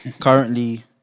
Currently